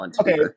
Okay